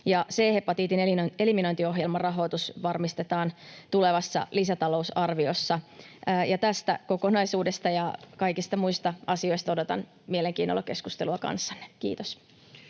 C-hepatiitin eliminointiohjelman rahoitus varmistetaan tulevassa lisätalousarviossa. Tästä kokonaisuudesta ja kaikista muista asioista odotan mielenkiinnolla keskustelua kanssanne. — Kiitos.